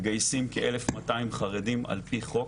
מתגייסים כ-1,200 חרדים על פי חוק,